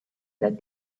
that